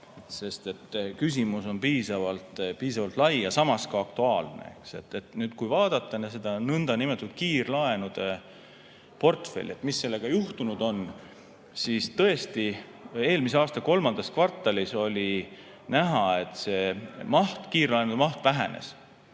sest küsimus on piisavalt lai ja samas aktuaalne. Kui vaadata seda nõndanimetatud kiirlaenude portfelli, mis sellega juhtunud on, siis tõesti, eelmise aasta kolmandas kvartalis oli näha, et kiirlaenude maht vähenes.